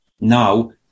now